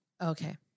Okay